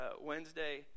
Wednesday